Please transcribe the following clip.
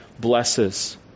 blesses